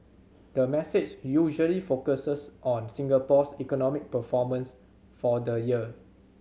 the message usually focuses on Singapore's economic performance for the year